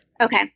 Okay